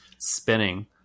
spinning